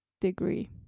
degree